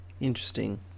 Interesting